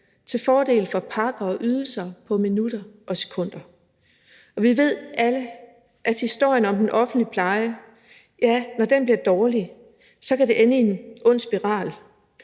til fordel for pakker og ydelser på minutter og sekunder. Vi ved alle, at når den offentlige pleje bliver dårlig, kan det ende i en ond spiral.